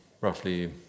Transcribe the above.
Roughly